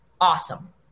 awesome